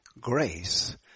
grace